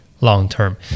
long-term